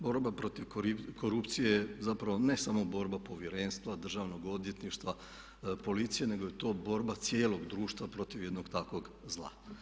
Borba protiv korupcije je zapravo ne samo borba povjerenstva, Državnog odvjetništva, policije, nego je to borba cijelog društva protiv takvog jednog zla.